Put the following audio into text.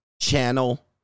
channel